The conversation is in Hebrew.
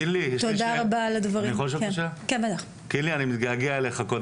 קינלי, אני מתגעגע אליך.